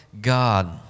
God